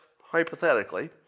hypothetically